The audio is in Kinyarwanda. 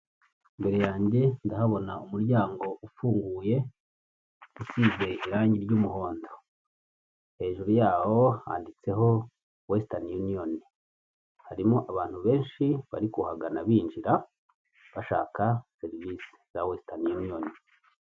Imbere yanjye ndahabona umuryango ufunguye usize irangi ry'umuhondo hejuru yaho handitseho wesitani uniyoni, harimo abantu benshi bari kuhagana binjira bashaka serivisi za wesitani yuniyoni.